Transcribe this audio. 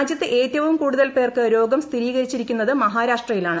രാജ്യത്ത് ഏറ്റവും കൂടുതൽ പേർക്ക് രോഗം സ്ഥിരീകരിച്ചിരിക്കുന്നത് മഹാരാഷ്ട്രയിലാണ്